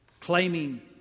Claiming